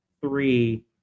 three